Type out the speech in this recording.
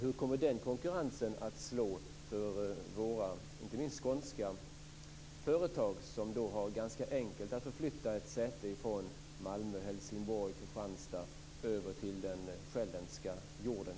Hur kommer den konkurrensen att slå för våra, inte minst skånska, företag som då har ganska enkelt att flytta sitt säte från Malmö, Helsingborg, Kristianstad över till den själländska jorden?